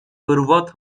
hırvat